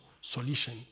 solution